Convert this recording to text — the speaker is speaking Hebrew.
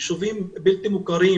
ישובים בלתי מוכרים